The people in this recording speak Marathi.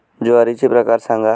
ज्वारीचे प्रकार सांगा